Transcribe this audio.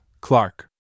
Clark